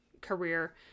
career